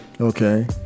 Okay